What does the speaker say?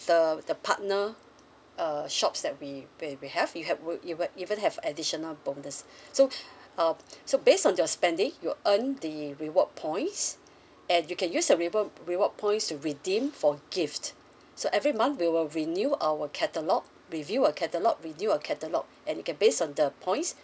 the the partner err shops that we we we have you have would even even have additional bonus so uh so based on your spending you earn the reward points and you can use the reward reward points to redeem for gift so every month we will renew our catalogue review our catalogue renew our catalogue and get based on the points